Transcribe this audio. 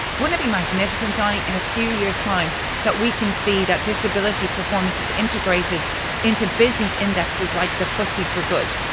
wouldn't it be magnificent, johny, in a few years time that we can see that disability performance is integrated into business indexes like the footsie for good,